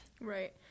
Right